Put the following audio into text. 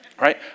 right